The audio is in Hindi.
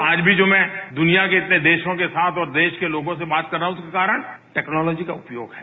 आज भी जो मैं दुनिया के इतने देशों के साथ और देश के लोगों से बात कर रहा हूं उसका कारण टेक्नॉलोजी का उपयोग है